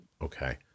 Okay